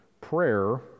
prayer